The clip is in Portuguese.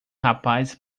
rapaz